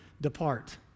depart